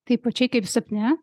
taip pačiai kaip sapne